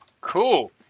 cool